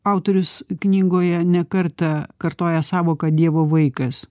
autorius knygoje ne kartą kartoja sąvoką dievo vaikas